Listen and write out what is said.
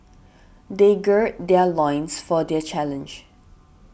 they gird their loins for the challenge